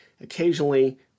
Occasionally